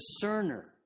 discerner